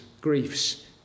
griefs